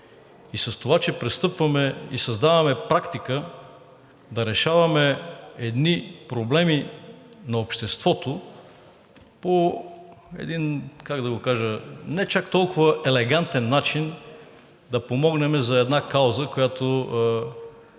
и с това, че пристъпваме и създаваме практика да решаваме едни проблеми на обществото по един, как да го кажа, не чак толкова елегантен начин да помогнем за една кауза, която